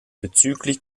bezüglich